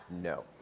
No